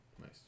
Nice